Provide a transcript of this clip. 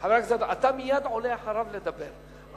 מייד אחריו אתה עולה לדבר,